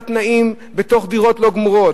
על הילדים שלהן, בתת-תנאים בתוך דירות לא גמורות.